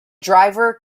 driver